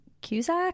Cusack